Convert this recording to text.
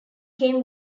came